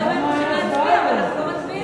היום היינו צריכים להצביע ואנחנו לא מצביעים.